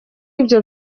ibyo